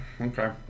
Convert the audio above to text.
Okay